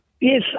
yes